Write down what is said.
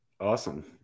awesome